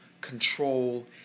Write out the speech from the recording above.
control